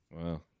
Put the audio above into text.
Wow